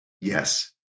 Yes